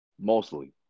Mostly